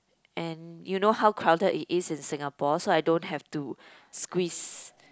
and you know how crowded it is in Singapore so I don't have to squeeze